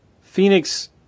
Phoenix